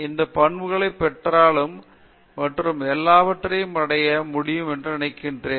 இந்த பண்புகளை பெற்றால் மற்றும் எல்லாவற்றையும் அடைய முடியும் என்று நினைக்கிறேன்